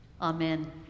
Amen